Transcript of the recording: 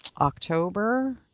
october